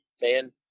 fan